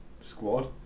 squad